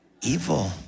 evil